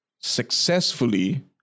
successfully